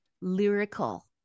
lyrical